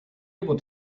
able